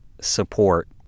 support